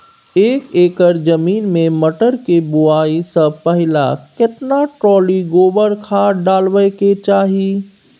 एक एकर जमीन में मटर के बुआई स पहिले केतना ट्रॉली गोबर खाद डालबै के चाही?